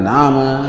Nama